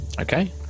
okay